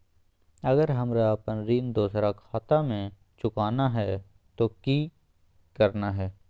अगर हमरा अपन ऋण दोसर खाता से चुकाना है तो कि करना है?